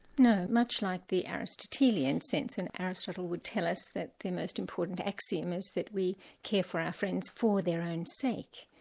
no, much like the aristotelian sense, and aristotle would tell us that the most important axiom is that we care for our friends for their own sake.